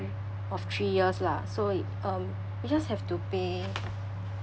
of three years lah so y~ um you just have to pay